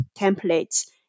templates